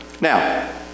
Now